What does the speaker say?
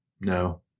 No